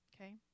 Okay